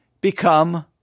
become